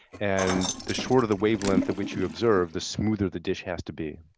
and the shorter the wave length at which you observe, the smoother the dish has to be.